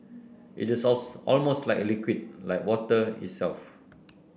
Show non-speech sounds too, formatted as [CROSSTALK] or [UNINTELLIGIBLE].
it is [UNINTELLIGIBLE] almost like a liquid like water itself